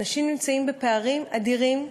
אנשים נמצאים בפערים אדירים.